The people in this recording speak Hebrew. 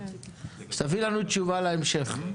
אז תביאי לנו תשובה להמשך.